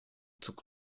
zog